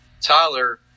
Tyler